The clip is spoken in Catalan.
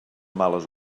males